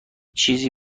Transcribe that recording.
چیزی